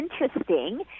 interesting